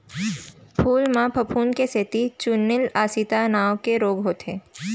फूल म फफूंद के सेती चूर्निल आसिता नांव के रोग होथे